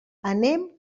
anem